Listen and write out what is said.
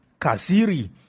Kaziri